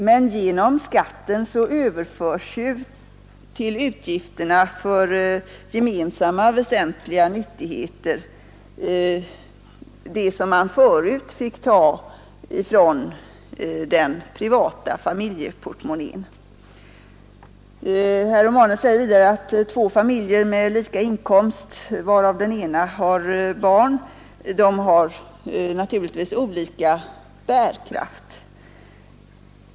Men genom skatten överförs ju till kostnaderna för gemensamma, väsentliga nyttigheter det som man förut fick ta från den privata familjeportmonnän. Vidare säger herr Romanus att två familjer med lika inkomst, varav den ena har barn, naturligtvis har olika bärkraft.